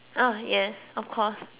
uh yes of course